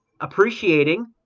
appreciating